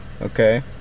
Okay